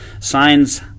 signs